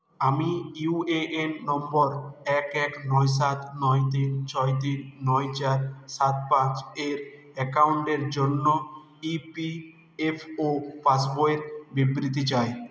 আমি U A N নম্বর এক এক নয় সাত নয় তিন ছয় তিন নয় চার সাত পাঁচের অ্যাকাউন্টের জন্য ই পি এফ ও পাসবইয়ের বিবৃতি চাই